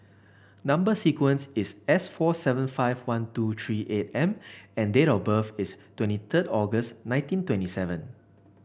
number sequence is S four seven five one two three eight M and date of birth is twenty third August nineteen twenty seven